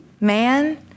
man